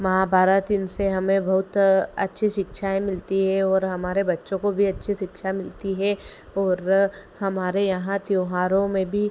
महाभारत इनसे हमें बहुत अच्छी शिक्षाएँ मिलती है और हमारे बच्चों को भी अच्छी शिक्षा मिलती है और हमारे यहाँ त्योहारों में भी